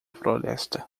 floresta